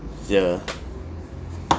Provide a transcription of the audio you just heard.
yeah